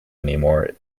anymore